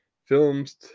Films